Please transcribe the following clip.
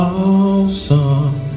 awesome